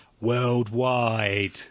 Worldwide